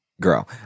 Girl